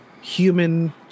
human